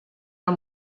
del